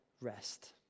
rest